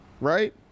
right